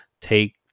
take